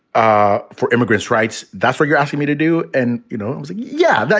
ah for immigrants rights. that's what you're asking me to do. and, you know, it was. yeah, that,